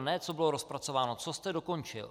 Ne co bylo rozpracováno, co jste dokončil?